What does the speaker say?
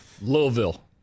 Louisville